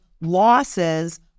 losses